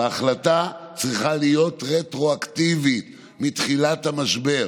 וההחלטה צריכה להיות רטרואקטיבית מתחילת המשבר.